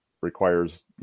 requires